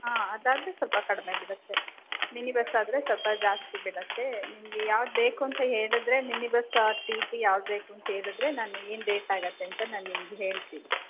ಹಾಂ ಅದಾದರೆ ಸ್ವಲ್ಪ ಕಡಿಮೆ ಬೀಳುತ್ತೆ ಮಿನಿ ಬಸ್ ಆದರೆ ಸ್ವಲ್ಪ ಜಾಸ್ತಿ ಬೀಳುತ್ತೆ ನಿಮಗೆ ಯಾವ್ದು ಬೇಕು ಅಂತ ಹೇಳಿದ್ರೆ ಮಿನಿ ಬಸ್ಸಾ ಟಿ ಟಿ ಯಾವ್ದು ಬೇಕು ಅಂತ ಹೇಳಿದ್ರೆ ನಾನು ಏನು ರೇಟಾಗತ್ತೆ ಅಂತ ನಾನು ನಿಮ್ಗೆ ಹೇಳ್ತೀನಿ